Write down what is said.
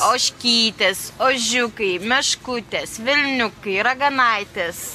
ožkytės ožiukai meškutės velniukai raganaitės